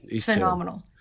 Phenomenal